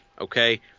Okay